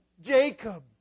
Jacob